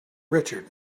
richard